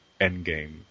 Endgame